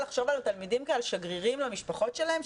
לחשוב על הילדים כעל שגרירים למשפחות שלהם,